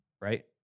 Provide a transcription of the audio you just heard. right